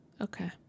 Okay